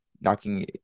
knocking